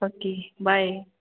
okay bye